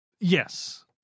Yes